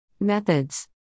Methods